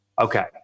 Okay